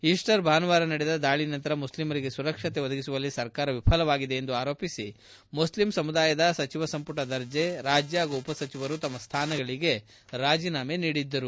Easter ಭಾನುವಾರ ನಡೆದ ದಾಳಿ ನಂತರ ಮುಸ್ಲಿಮರಿಗೆ ಸುರಕ್ಷತೆ ಒದಗಿಸುವಲ್ಲಿ ಸರ್ಕಾರ ವಿಫಲವಾಗಿದೆ ಎಂದು ಆರೋಪಿಸಿ ಮುಸ್ಲಿಂ ಸಮುದಾಯದ ಸಚಿವ ಸಂಪುಟ ದರ್ಜೆ ರಾಜ್ಯ ಹಾಗೂ ಉಪ ಸಚಿವರು ತಮ್ಮ ಸ್ಥಾನಗಳಿಗೆ ರಾಜೀನಾಮೆ ನೀಡಿದ್ದರು